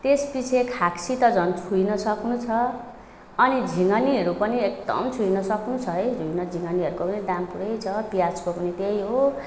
त्यसपछि खाक्सी त छोई नसक्नु छ अनि झिगनीहरू पनि एकदम छोई नसक्नु छ है झिउन झिगनीहरूको पनि दाम पुरै छ प्याजको पनि त्यही हो